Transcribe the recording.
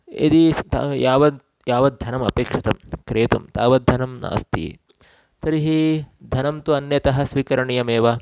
यदि स्थातुं यावत् यावत् धनम् अपेक्षितं क्रेतुं तावद्धनं नास्ति तर्हि धनं तु अन्यतः स्वीकरणीयमेव